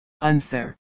Unfair